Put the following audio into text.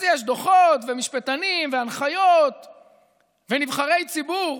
אז יש דוחות, משפטנים, הנחיות ונבחרי ציבור.